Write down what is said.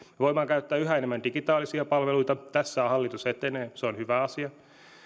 voidaan käyttää yhä enemmän digitaalisia palveluita tässä hallitus etenee se on hyvä asia